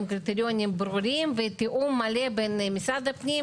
עם קריטריונים ברורים ותיאום מלא בין משרד הפנים,